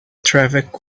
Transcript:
traffic